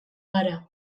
gara